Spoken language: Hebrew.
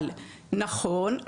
אבל נכון,